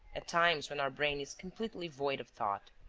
at times when our brain is completely void of thought.